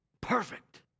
perfect